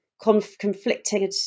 conflicting